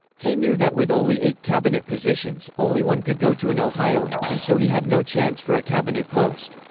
hay knew that with only eight cabinet positions, only one could go to an ohioan, and so he had no chance for a cabinet post.